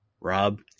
Rob